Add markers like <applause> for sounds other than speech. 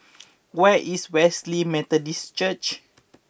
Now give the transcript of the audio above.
<noise> where is Wesley Methodist Church